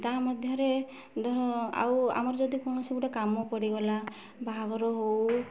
ତା'ମଧ୍ୟରେ ଧର ଆଉ ଆମର ଯଦି କୌଣସି ଗୋଟେ କାମ ପଡ଼ିଗଲା ବାହାଘର ହଉ